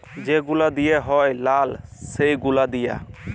যে গুলা দিঁয়া হ্যয় লায় সে গুলা দিঁয়া